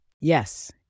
Yes